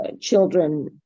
children